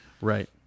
Right